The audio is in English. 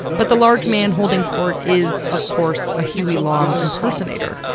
but the large man holding court is, of course, a huey long impersonator.